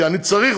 כי אני צריך,